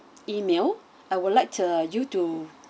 email I would like uh you to